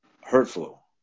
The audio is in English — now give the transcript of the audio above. hurtful